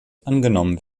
angenommen